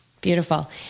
beautiful